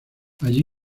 allí